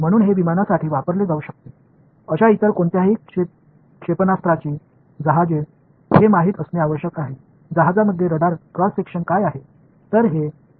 म्हणून हे विमानासाठी वापरले जाऊ शकते अशा इतर कोणत्याही क्षेपणास्त्रांची जहाजे हे माहित असणे आवश्यक आहे जहाजांमध्ये रडार क्रॉस सेक्शन काय आहे